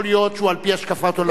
יכול להיות שהוא על-פי השקפת עולמך.